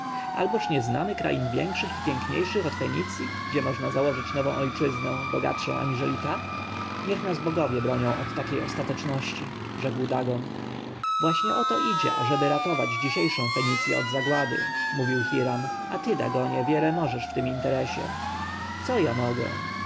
alboż nie znamy krain większych i piękniejszych od fenicji gdzie można założyć nową ojczyznę bogatszą aniżeli ta niech nas bogowie bronią od takiej ostateczności rzekł dagon właśnie o to idzie ażeby ratować dzisiejszą fenicję od zagłady mówił hiram a ty dagonie wiele możesz w tym interesie co ja mogę